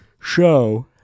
show